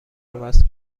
عوض